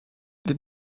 les